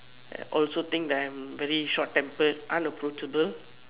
also think that I'm very short tempered unapproachable